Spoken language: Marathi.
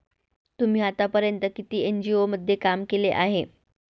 तुम्ही आतापर्यंत किती एन.जी.ओ मध्ये काम केले आहे?